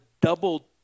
double